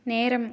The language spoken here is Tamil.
நேரம்